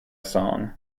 song